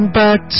back